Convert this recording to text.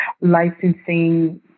licensing